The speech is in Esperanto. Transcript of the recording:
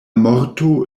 morto